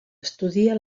estudie